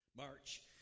March